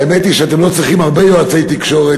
האמת היא שאתם לא צריכים הרבה יועצי תקשורת,